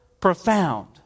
profound